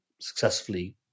successfully